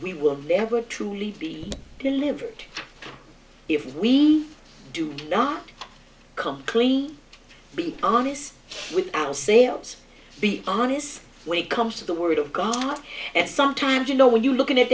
we will never truly be delivered if we do not come clean be honest with al sales be honest when it comes to the word of god and sometimes you know when you look